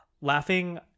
laughing